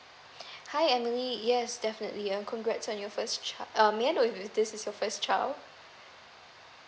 hi emily yes definitely um congrats on your first child um may I know if this is your first child